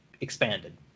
expanded